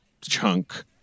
chunk